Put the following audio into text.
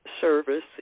service